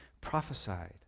prophesied